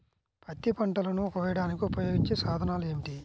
పత్తి పంటలను కోయడానికి ఉపయోగించే సాధనాలు ఏమిటీ?